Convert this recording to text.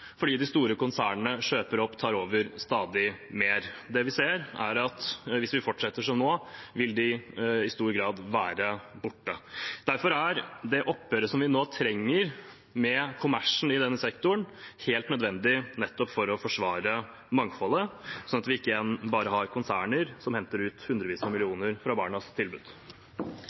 fordi de store konsernene kjøper opp og tar over stadig mer. Det vi ser, er at hvis vi fortsetter som nå, vil de i stor grad bli borte. Derfor er det oppgjøret vi nå trenger å ta med kommersialiseringen i denne sektoren, helt nødvendig, nettopp for å forsvare mangfoldet, slik at vi ikke har igjen bare konserner som henter hundrevis av millioner fra barnas tilbud.